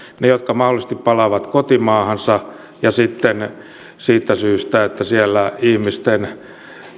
vuokseen jotka mahdollisesti palaavat kotimaahansa ja sitten siitä syystä että siellä ihmisten